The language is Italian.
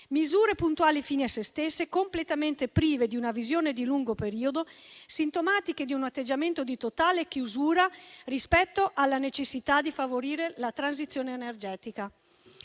misure puntuali fini a se stesse, completamente prive di una visione di lungo periodo, sintomatiche di un atteggiamento di totale chiusura rispetto alla necessità di favorire la transizione energetica.